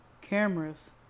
cameras